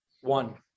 One